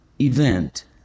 event